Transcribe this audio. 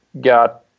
got